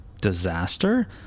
disaster